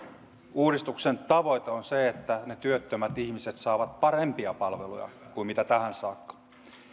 uudistuksen tavoite on se että työttömät ihmiset saavat parempia palveluja kuin tähän saakka